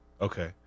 Okay